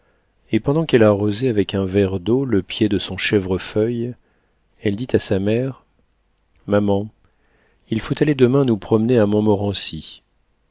et pendant qu'elle arrosait avec un verre d'eau le pied de son chèvrefeuille elle dit à sa mère maman il faut aller demain nous promener à montmorency